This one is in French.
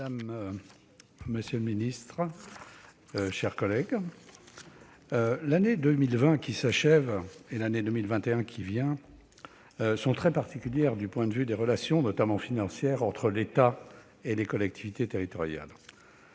le secrétaire d'État, mes chers collègues, l'année 2020 qui s'achève et l'année 2021 qui vient sont très particulières du point de vue des relations, notamment financières, entre l'État et les collectivités territoriales.